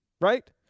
right